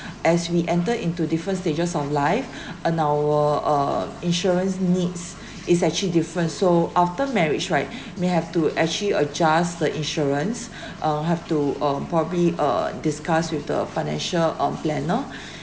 as we enter into different stages of life and our uh insurance needs is actually different so after marriage right may have to actually adjust the insurance uh have to um probably uh discuss with the financial um planner